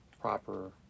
proper